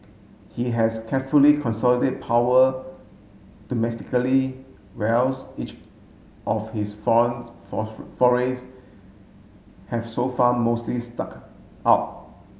he has carefully consolidate power domestically whereas each of his foreign forays have so far mostly stuck out